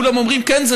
כולם אומרים: כן,